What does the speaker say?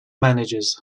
managers